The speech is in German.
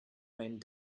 meinen